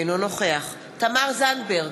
אינו נוכח תמר זנדברג,